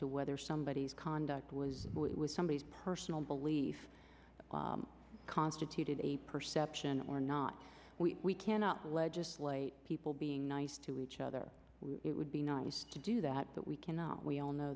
whether somebody is conduct was it was somebody's personal belief constituted a perception or not we cannot legislate people being nice to each other it would be nice to do that but we cannot we all know